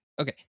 okay